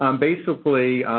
um basically,